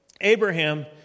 Abraham